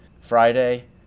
Friday